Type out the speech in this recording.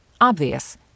Obvious